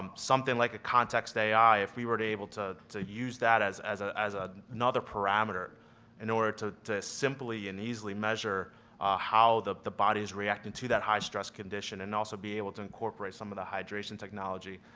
um something like a context ai, if we were to able to to use that as as ah a, another parameter in order to to simply and easily measure how the the body is reacting to that high stress condition, and also be able to incorporate some of the hydration technology,